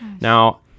Now